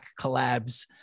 collabs